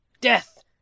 Death